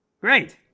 Great